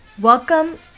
Welcome